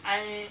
I